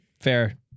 Fair